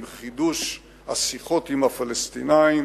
עם חידוש השיחות עם הפלסטינים